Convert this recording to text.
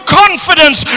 confidence